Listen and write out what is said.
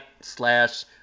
slash –